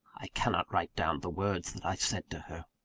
i cannot write down the words that i said to her.